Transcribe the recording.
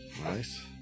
Nice